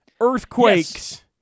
earthquakes